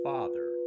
Father